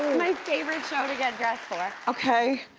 favorite show to get dressed for. okay.